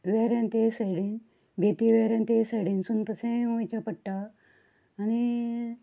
वेऱ्या ते सायडीन बेती वेऱ्या ते सायडीन सायडीसून तशे वयचें पडटा आनी